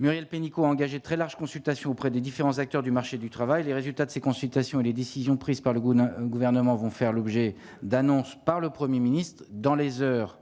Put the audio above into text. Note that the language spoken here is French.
Muriel Pénicaud engagé très large consultation auprès des différents acteurs du marché du travail, les résultats de ces consultations et les décisions prises par le goût d'un gouvernement vont faire l'objet d'annonces par le 1er ministre dans les heures